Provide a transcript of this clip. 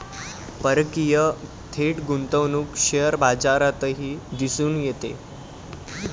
परकीय थेट गुंतवणूक शेअर बाजारातही दिसून येते